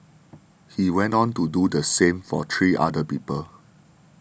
he went on to do the same for three other people